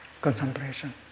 concentration